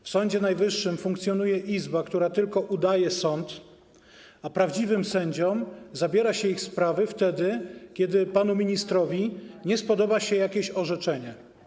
W Sądzie Najwyższym funkcjonuje Izba, która tylko udaje sąd, a prawdziwym sędziom zabiera się ich sprawy wtedy, kiedy panu ministrowi nie spodoba się jakieś orzeczenie.